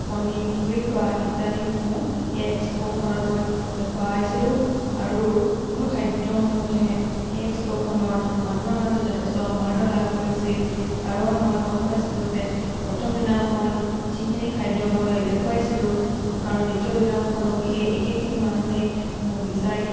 কণী পুৰি খোৱা ইত্যাদিসমূহ এই এক্সপ'খনত মই দেখুৱাইছিলোঁ আৰু মোৰ খাদ্যসমূহে এই এক্সপ'খনত মানুহৰ মাজত যথেষ্ট সমাদৰ লাভ কৰিছিল কাৰণ মই গ'ম পাইছিলোঁ যে প্ৰথম দিনাখন যিখিনি খাদ্য মই দেখুৱাইছিলোঁ কাৰণ দ্বিতীয় দিনাখনো সেই একেখিনি মানুহেই মোক বিচাৰি